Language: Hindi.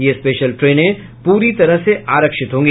ये स्पेशल ट्रेनें पूरी तरह से आरक्षित होंगी